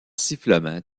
sifflement